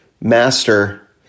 master